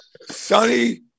sunny